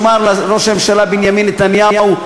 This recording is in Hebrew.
רק לומר לראש הממשלה בנימין נתניהו,